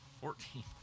Fourteen